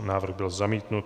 Návrh byl zamítnut.